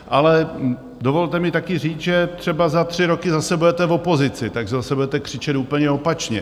Ale dovolte mi také říct, že třeba za tři roky zase budete v opozici, takže zase budete křičet úplně opačně.